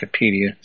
Wikipedia